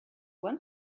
one